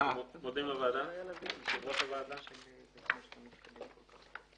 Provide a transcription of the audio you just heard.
הסעיף אושר.